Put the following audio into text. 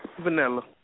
Vanilla